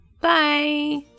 Bye